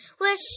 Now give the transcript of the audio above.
wish